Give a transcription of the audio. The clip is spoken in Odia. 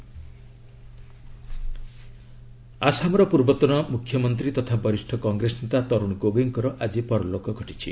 ଗୋଗୋଇ ଡିମାଇଜ୍ ଆସାମର ପୂର୍ବତନ ମୁଖ୍ୟମନ୍ତ୍ରୀ ତଥା ବରିଷ୍ଣ କଂଗ୍ରେସ ନେତା ତରୁଣ ଗୋଗୋଇଙ୍କର ଆଜି ପରଲୋକ ଘଟିଛି